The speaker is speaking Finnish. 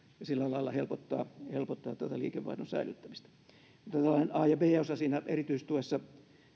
sillä lailla helpottaa helpottaa tätä liikevaihdon säilyttämistä mutta tällaiset a ja b osa siinä erityistuessa